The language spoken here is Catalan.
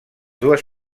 dues